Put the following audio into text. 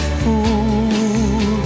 fool